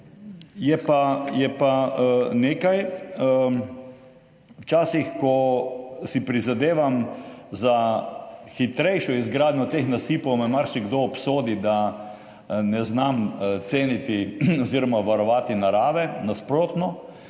je pa nekaj. Včasih, ko si prizadevam za hitrejšo izgradnjo teh nasipov, me marsikdo obsodi, da ne znam ceniti oziroma varovati narave. Nasprotno,